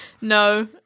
No